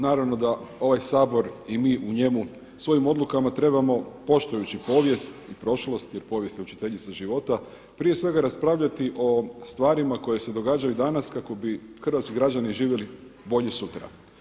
Naravno da ovaj Sabor i mi u njemu svojim odlukama trebamo poštujući povijest i prošlost jer povijest je učiteljica života, prije svega raspravljati o stvarima koje se događaju danas kako bi hrvatski građani živjeli bolje sutra.